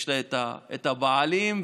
יש להן את הבעלים,